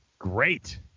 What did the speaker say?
Great